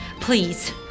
Please